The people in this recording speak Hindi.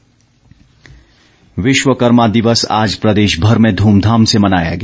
विश्वकर्मा विश्वकर्मा दिवस आज प्रदेशभर में ध्मधाम से मनाया गया